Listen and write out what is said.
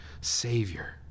Savior